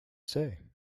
say